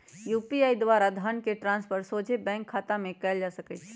UPI द्वारा धन के ट्रांसफर सोझे बैंक खतामें कयल जा सकइ छै